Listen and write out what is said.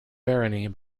barony